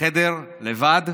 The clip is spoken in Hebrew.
חדר לבד,